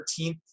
13th